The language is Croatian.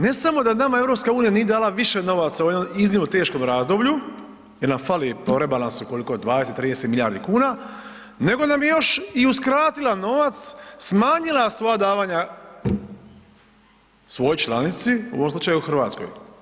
Ne samo da nama EU nije dala više novaca u ovom iznimno teškom razdoblju jer nam fali po rebalansu, koliko, 20, 30 milijardi kuna nego nam je još i uskratila novac, smanjila svoja davanja svojoj članici u ovom slučaju Hrvatskoj.